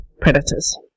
predators